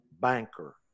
banker